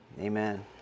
amen